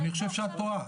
אני חושב שאת טועה.